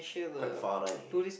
quite far right